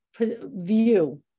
view